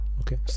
Okay